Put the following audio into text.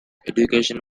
education